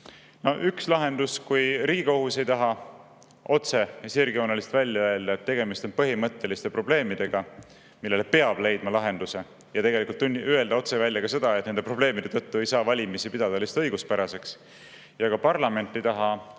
Üks lahendus on see, et kui Riigikohus ei taha otse ja sirgjooneliselt välja öelda, et tegemist on põhimõtteliste probleemidega, millele peab leidma lahenduse – ja tegelikult ei öelda otse välja ka seda, et nende probleemide tõttu ei saa valimisi pidada õiguspäraseks –, ja ka parlament ei taha